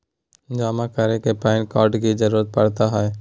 जमा करने में पैन कार्ड की जरूरत पड़ता है?